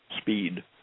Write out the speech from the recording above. speed